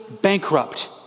bankrupt